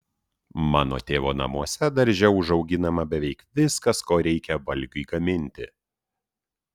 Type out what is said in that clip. mano tėvo namuose darže užauginama beveik viskas ko reikia valgiui gaminti